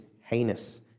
heinous